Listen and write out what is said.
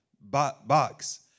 box